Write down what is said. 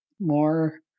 more